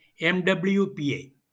MWPA